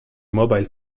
mobile